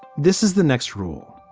this is the next rule.